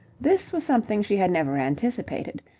this was something she had never anticipated.